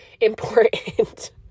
important